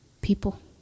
People